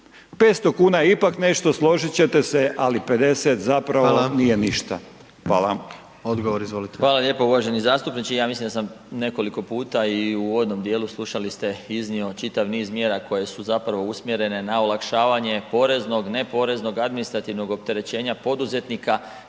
500 kuna je ipak nešto složit ćete se ali 50 zapravo …/Upadica: Hvala./… nije ništa. Hvala. **Jandroković, Gordan (HDZ)** Odgovor izvolite. **Marić, Zdravko** Hvala lijepo. Uvaženi zastupniče ja sam nekoliko puta i u uvodom dijelu slušali ste iznio čitav niz mjera koje su zapravo usmjerene na olakšavanje poreznog, neporeznog administrativnog opterećenja poduzetnika,